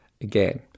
again